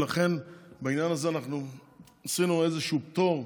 ולכן בעניין הזה עשינו איזה פטור,